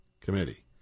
committee